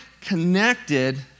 connected